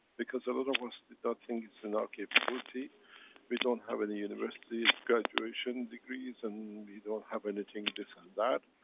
because a lot of us did not think is in our capability we don't have any university graduation degrees and we don't have anything this and that.